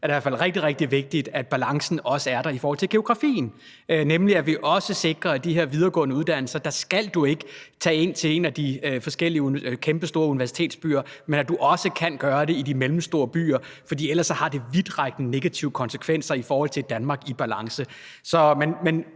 er det i hvert fald rigtig, rigtig vigtigt, at balancen også er der i forhold til geografien, sådan at vi i forhold til de her videregående uddannelser også sikrer, at man ikke skal tage ind til en af de forskellige kæmpestore universitetsbyer, men at man også kan gøre det i de mellemstore byer, for ellers har det vidtrækkende negative konsekvenser i forhold til et Danmark i balance.